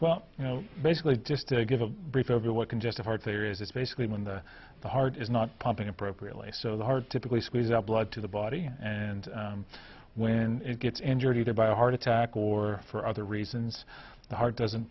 well you know basically just to give a brief over what congestive heart failure is it's basically when the heart is not pumping appropriately so hard to please squeeze out blood to the body and when it gets injured either by a heart attack or for other reasons the heart doesn't